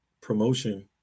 promotion